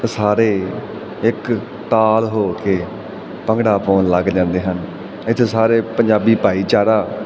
ਤਾਂ ਸਾਰੇ ਇੱਕ ਤਾਲ ਹੋ ਕੇ ਭੰਗੜਾ ਪਾਉਣ ਲੱਗ ਜਾਂਦੇ ਹਨ ਇੱਥੇ ਸਾਰੇ ਪੰਜਾਬੀ ਭਾਈਚਾਰਾ